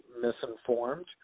misinformed